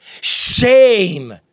Shame